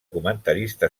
comentarista